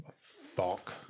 fuck